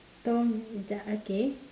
tom okay